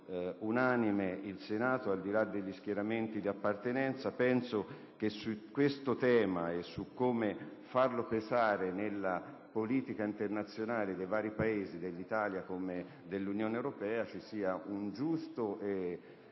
l'unanimità al di là degli schieramenti di appartenenza. Penso che su questo tema e su come farlo pesare nella politica internazionale dei vari Paesi, dell'Italia come dell'Unione europea, ci sia da compiere